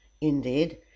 indeed